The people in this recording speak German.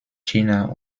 china